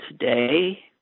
today